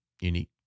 unique